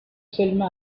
selma